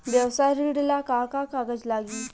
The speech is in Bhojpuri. व्यवसाय ऋण ला का का कागज लागी?